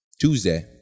Tuesday